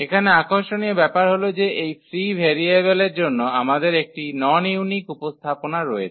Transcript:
এখানে আকর্ষণীয় ব্যাপার হল যে এই ফ্রী ভেরিয়েবেলের জন্য আমাদের একটি নন ইউনিক উপস্থাপনা রয়েছে